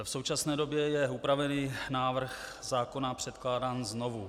V současné době je upravený návrh zákona předkládán znovu.